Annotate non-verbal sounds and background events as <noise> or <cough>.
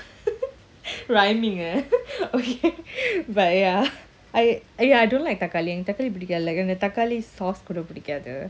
<noise> நீங்க:neenga <noise> okay but ya I I ya I don't like தக்காளி:thakkali sauce கூடபிடிக்காது:kooda pidikathu